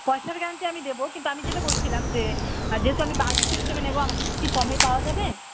পয়সার গ্যারান্টি আমি দেবো কিন্তু আমি যেটা বলছিলাম যে যেহেতু আমি বাল্ক সিস্টেমে নেব আমাকে একটু কি কমে পাওয়া যাবে